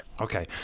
Okay